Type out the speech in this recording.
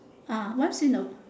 ah once in a